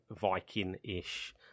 Viking-ish